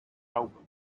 album